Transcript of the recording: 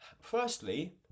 firstly